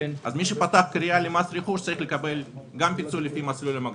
מי שפתח קריאה למס רכוש צריך לקבל גם פיצוי לפי מסלול מחזורים.